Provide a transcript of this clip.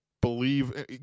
believe